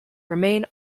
remain